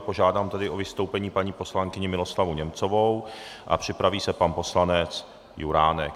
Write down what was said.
Požádám tedy o vystoupení paní poslankyni Miroslavu Němcovou a připraví se pan poslanec Juránek.